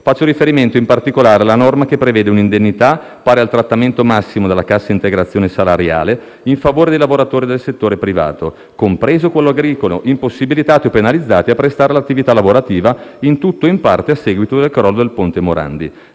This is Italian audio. Faccio riferimento in particolare alla norma che prevede un'indennità pari al trattamento massimo della cassa integrazione salariale in favore dei lavoratori del settore privato, compreso quello agricolo, impossibilitati e penalizzati a prestare l'attività lavorativa in tutto o in parte a seguito del crollo del ponte Morandi.